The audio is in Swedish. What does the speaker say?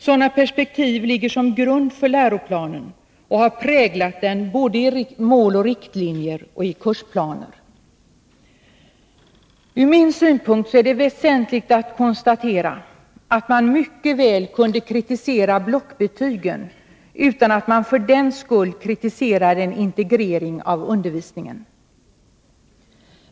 Sådana perspektiv ligger till grund för läroplanen och har präglat den, både i Mål och riktlinjer och i kursplaner. Ur min synpunkt är det väsentligt att konstatera att man mycket väl kan kritisera blockbetygen utan att man för den skull kritiserar en integrering av undervisningen.